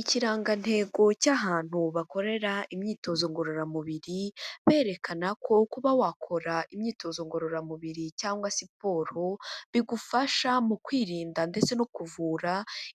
Ikirangantego cy'ahantu bakorera imyitozo ngororamubiri, berekana ko kuba wakora imyitozo ngororamubiri cyangwa siporo, bigufasha mu kwirinda ndetse no kuvura